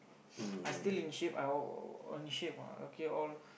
I still in shape I I on shape [what] okay all